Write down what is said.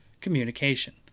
Communication